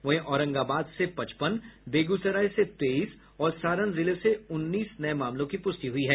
वहीं औरंगाबाद से पचपन बेगूसराय से तेईस और सारण जिले से उन्नीस नये मामलों की पुष्टि हुई है